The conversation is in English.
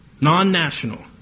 non-national